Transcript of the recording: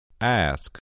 Ask